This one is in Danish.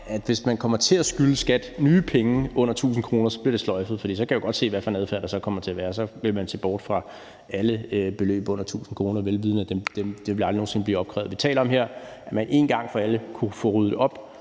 at hvis man kommer til at skylde skattevæsenet nye penge under 1.000 kr., bliver det sløjfet. Så kan jeg jo godt se, hvad for en adfærd der kommer til at være. Så vil man se bort fra alle beløb på under 1.000 kr., vel vidende at det ville aldrig nogen sinde blive opkrævet. Vi taler om her, at man en gang for alle kunne få ryddet op